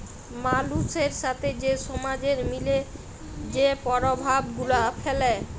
মালুসের সাথে যে সমাজের মিলে যে পরভাব গুলা ফ্যালে